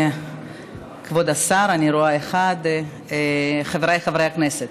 כבוד השר, אני רואה אחד, חבריי חברי הכנסת,